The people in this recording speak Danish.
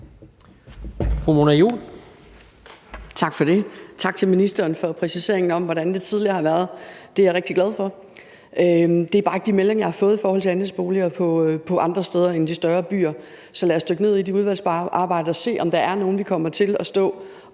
Tak for det, og tak til ministeren for præciseringen af, hvordan det tidligere har været. Det er jeg rigtig glad for. Det er bare ikke de meldinger, jeg har fået i forhold til andelsboliger andre steder end i de større byer. Så lad os dykke ned i det i udvalgsarbejdet og se, om der er nogen, vi kommer til at stå